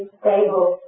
stable